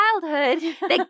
childhood